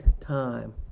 time